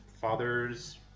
father's